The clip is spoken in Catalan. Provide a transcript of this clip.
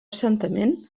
assentament